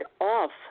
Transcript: off